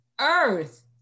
earth